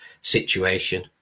situation